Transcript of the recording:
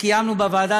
שקיימנו בוועדה,